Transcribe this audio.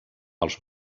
els